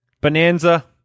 Bonanza